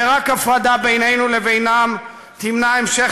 ורק הפרדה בינינו לבינם תמנע המשך